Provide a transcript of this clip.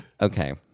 Okay